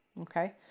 Okay